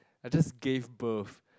I just gave birth